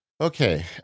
Okay